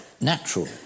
natural